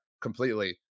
completely